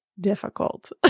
difficult